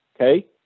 okay